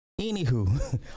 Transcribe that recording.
Anywho